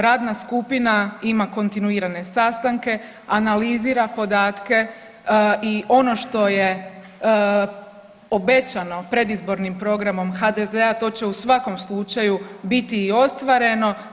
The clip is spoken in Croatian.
Radna skupina ima kontinuirane sastanke, analizira podatke i ono što je obećano predizbornim programom HDZ-a to će u svakom slučaju biti i ostvareno.